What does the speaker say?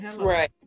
right